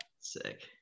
sick